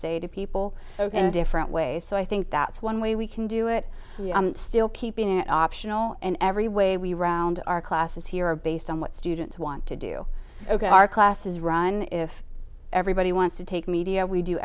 say to people ok a different way so i think that's one way we can do it still keeping it optional in every way we round our classes here are based on what students want to do ok our classes run if everybody wants to take media we do